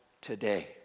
today